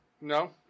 No